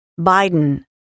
Biden